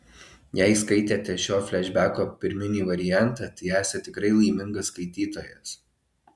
jei skaitėte šio flešbeko pirminį variantą tai esat tikrai laimingas skaitytojas